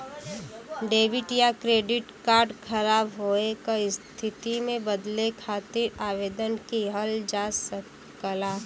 debit या credit card ख़राब होये क स्थिति में बदले खातिर आवेदन किहल जा सकला